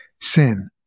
sin